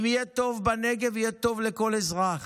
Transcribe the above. אם יהיה טוב בנגב, יהיה טוב לכל אזרח,